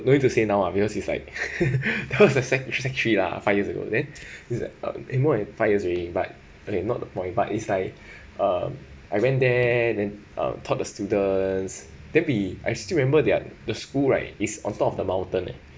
no need to say now because it's like that was a sec sec three ah five years ago then it's like {eh] more than five years already but okay not more than five is like um I went there then uh taught the students then be I still remember their the school right is on top of the mountain eh